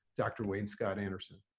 dr. wayne scott andersen.